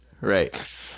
right